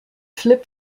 flip